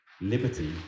Liberty